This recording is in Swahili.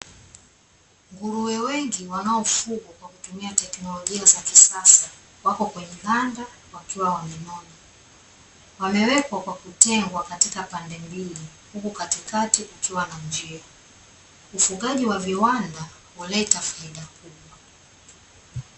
Nguruwe wengi wanaofugwa kwa kutumia tekinolojia za kisasa, wako kwenye banda, wakiwa wamenona, wamewekwa kwa kutengwa katika pande mbili, huku katikati kukiwa na njia. Ufugaji wa viwanda, huleta faida kubwa.